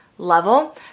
level